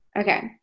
Okay